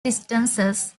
distances